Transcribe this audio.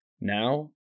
Now